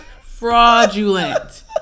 Fraudulent